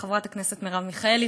חברת הכנסת מרב מיכאלי,